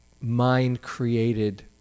mind-created